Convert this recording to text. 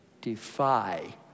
defy